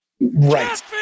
right